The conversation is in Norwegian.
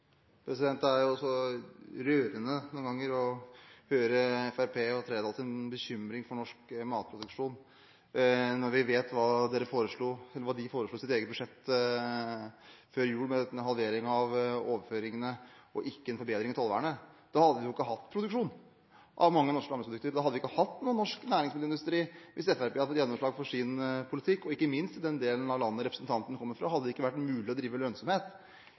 Det er så rørende noen ganger å høre Fremskrittspartiet og Trældals bekymring for norsk matproduksjon når vi vet hva de foreslo i sitt eget budsjett før jul, med en halvering av overføringene og ikke forbedring i tollvernet. Vi hadde ikke hatt produksjon av mange norske landbruksprodukter, vi hadde ikke hatt noen norsk næringsmiddelindustri hvis Fremskrittspartiet hadde fått gjennomslag for sin politikk. Ikke minst i den delen av landet der representanten kommer fra, hadde det vært umulig å drive